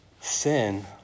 Sin